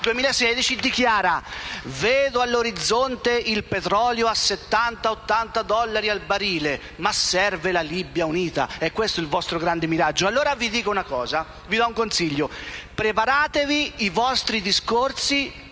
ha dichiarato: vedo all'orizzonte il petrolio a 70-80 dollari al barile, ma serve la Libia unita. È questo il vostro grande miraggio! Ebbene, allora vi do un consiglio: preparatevi i vostri discorsi